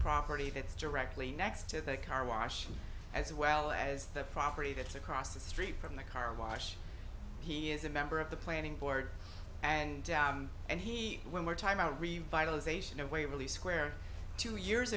property it's directly next to the car wash as well as the property that's across the street from the carwash he is a member of the planning board and he when we're time out revitalization of waverly square two years